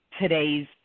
today's